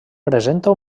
presenta